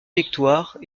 victoires